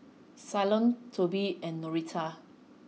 Ceylon Toby and Norita